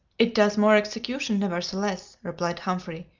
it does more execution, nevertheless, replied humphrey,